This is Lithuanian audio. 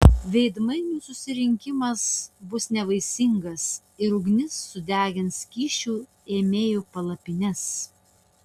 veidmainių susirinkimas bus nevaisingas ir ugnis sudegins kyšių ėmėjų palapines